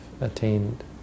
attained